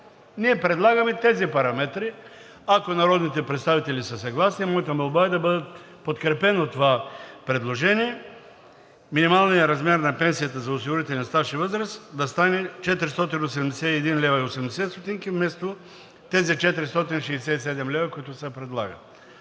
Ние предлагаме тези параметри, ако народните представители са съгласни, моята молба е да бъде подкрепено това предложение – минималният размер на пенсията за осигурителен стаж и възраст да стане 481,80 лв. вместо тези 467 лв., които се предлагат,